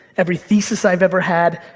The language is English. every thesis i've ever had,